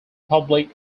public